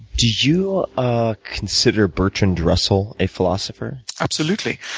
do you consider bertrand russell a philosopher? absolutely.